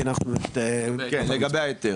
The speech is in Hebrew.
כי אנחנו --- לגבי ההיתר